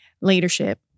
leadership